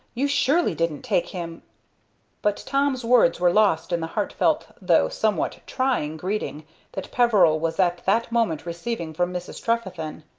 you surely didn't take him but tom's words were lost in the heartfelt though somewhat trying greeting that peveril was at that moment receiving from mrs. trefethen.